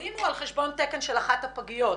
החולים או על חשבון תקן של אחת הפגיות.